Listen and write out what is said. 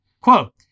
Quote